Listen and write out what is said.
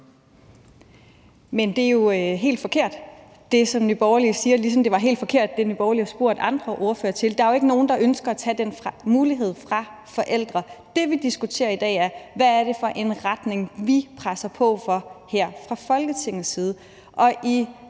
Men det er jo helt forkert, hvad Nye Borgerlige siger, ligesom det var helt forkert, hvad Nye Borgerlige spurgte andre ordførere til. Der er jo ikke nogen, der ønsker at tage den mulighed fra forældre. Det, vi diskuterer i dag, er: Hvad er det for en retning, vi presser på for at gå i her fra Folketingets side?